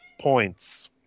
points